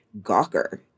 Gawker